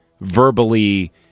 verbally